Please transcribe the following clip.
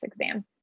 exam